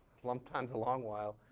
sometimes a long while.